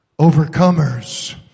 Overcomers